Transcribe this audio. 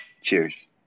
Cheers